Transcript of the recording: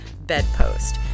bedpost